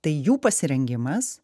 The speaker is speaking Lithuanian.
tai jų pasirengimas